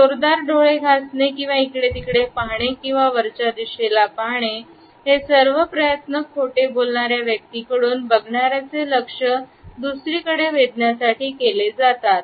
जोरदार डोळे घासणे किंवा इकडे तिकडे पाहणे किंवा वरच्या दिशेला पाहणे हे सर्व प्रयत्न खोटे बोलणाऱ्या व्यक्तीकडून बघणाऱ्या चे लक्ष दुसरीकडे वेधण्यासाठी केले जातात